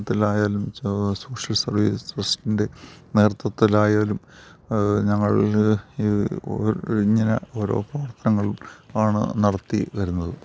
നേതൃത്തത്തിലായാലും social service ട്രസ്സിന്റെ നേതൃത്തത്തിലായാലും അത് ഞങ്ങളിൽ ഈ ഓരോത്തർ ഇങ്ങനെ ഓരോ പ്രവർത്തനങ്ങളും ആണ് നടത്തിവരുന്നത്